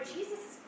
Jesus